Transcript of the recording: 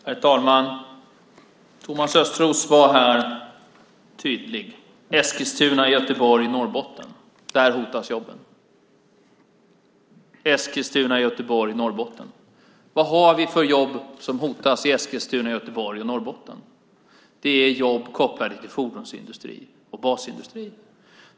Herr talman! Thomas Östros var tydlig här om att i Eskilstuna, Göteborg och Norrbotten är jobben hotade. Vad har vi för jobb som är hotade i Eskilstuna, Göteborg och Norrbotten? Ja, det är jobb kopplade till fordonsindustrin och basindustrin.